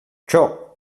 ciò